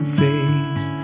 face